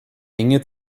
enge